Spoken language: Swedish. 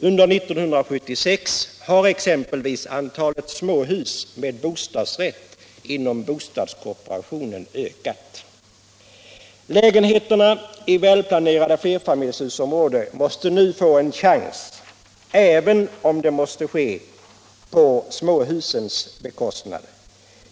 Under 1976 har exempelvis antalet småhus med bostadsrätt inom bostadskooperationen ökat. Lägenheterna i välplanerade flerfamiljshusområden måste nu få en större chans även om det måste ske på småhusens bekostnad.